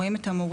רואים את המורים.